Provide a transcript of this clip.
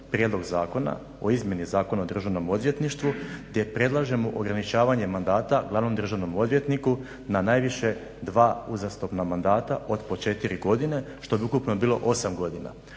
prijedlog zakona o izmjeni Zakona o državnom odvjetništvu gdje predlaže mu ograničavanje mandata glavnom državnom odvjetniku na najviše dva uzastopna mandata od po 4 godine što bi ukupno bilo 8 godina.